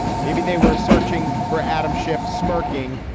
maybe they were searching for adam schiff smirking.